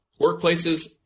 Workplaces